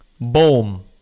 boom